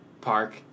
park